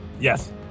Yes